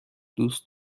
دوست